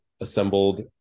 assembled